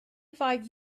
five